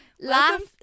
last